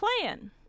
plan